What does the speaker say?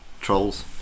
trolls